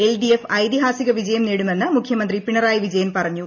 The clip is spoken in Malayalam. എൽഡിഎഫ് ഐതിഹാസിക വിജയം നേടുമെന്ന് മുഖ്യമന്ത്രി പിണരിയി വിജയൻ പറഞ്ഞു